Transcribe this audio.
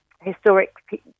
historic